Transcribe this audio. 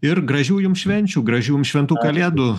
ir gražių jums švenčių gražių jums šventų kalėdų